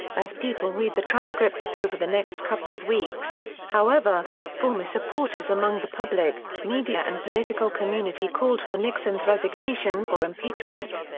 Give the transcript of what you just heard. as people read the transcripts over the next couple of weeks, however, former supporters among the public, media and political community called for nixon's resignation or impeachment.